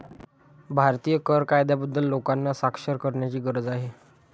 भारतीय कर कायद्याबद्दल लोकांना साक्षर करण्याची गरज आहे